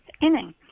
inning